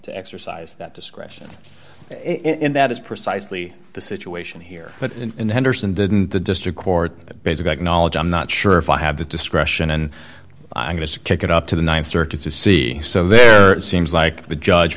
to exercise that discretion in that is precisely the situation here but in henderson didn't the district court the basic knowledge i'm not sure if i have the discretion and i'm going to kick it up to the th circuit to see so there seems like the judge